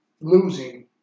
losing